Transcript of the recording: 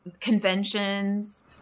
conventions